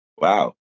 Wow